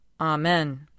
Amen